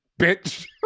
bitch